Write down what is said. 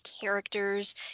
characters